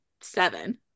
seven